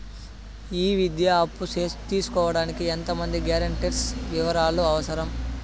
ఈ విద్యా అప్పు తీసుకోడానికి ఎంత మంది గ్యారంటర్స్ వివరాలు అవసరం?